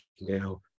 now